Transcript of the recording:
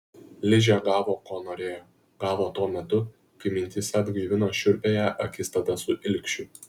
ližė gavo ko norėjo gavo tuo metu kai mintyse atgaivino šiurpiąją akistatą su ilgšiu